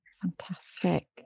fantastic